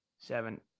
seven –